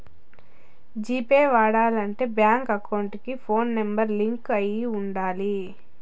G pay వాడాలంటే bank account కి phone number link అయి ఉండాలి